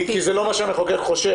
כי זה לא מה שהמחוקק חושב.